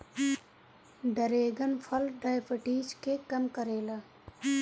dragon फल diabetes के कम करेला